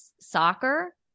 soccer